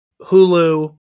Hulu